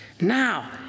Now